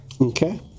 Okay